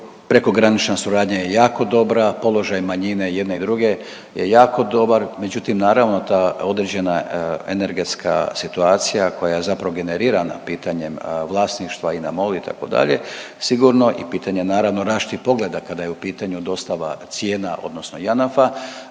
prekogranična suradnja je jako dobra, položaj manjine jedne i druge je jako dobar, međutim naravno da određena energetska situacija koja zapravo generira na pitanjem vlasništva i na MOL itd., sigurno i pitanje naravno različitih pogleda kada je u pitanju dostava cijena odnosno Janafa,